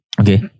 okay